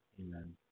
Amen